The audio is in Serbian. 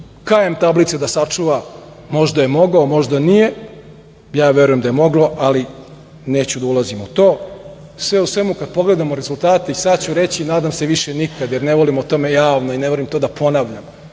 KM tablice da sačuva, možda je mogao, možda nije, ja verujem da je moglo, ali neću da ulazim u to. Sve u svemu, kad pogledamo rezultate, sad ću reći i nadam se više nikad, jer ne volim o tome javno i ne volim to da ponavljam,